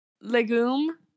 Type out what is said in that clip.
Legume